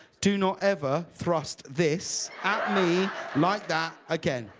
do not ever thrust this at me like that again.